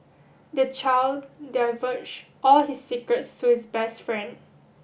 the child divulged all his secrets to his best friend